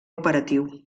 operatiu